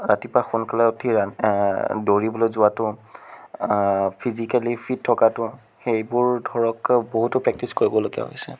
ৰাতিপুৱা সোনকালে উঠি ৰাতি দৌৰিবলে যোৱাতো ফিজিকেলি ফিট্ থকাতো সেইবোৰ ধৰক বহুতো প্ৰেক্টিছ কৰিবলগীয়া হৈছে